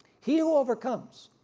he who overcomes,